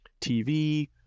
tv